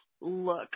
look